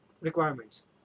requirements